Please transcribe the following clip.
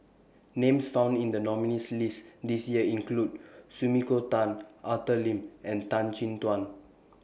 Names found in The nominees' list This Year include Sumiko Tan Arthur Lim and Tan Chin Tuan